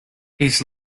his